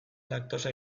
laktosa